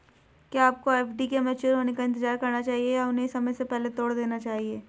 क्या आपको एफ.डी के मैच्योर होने का इंतज़ार करना चाहिए या उन्हें समय से पहले तोड़ देना चाहिए?